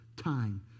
Time